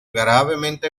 gravemente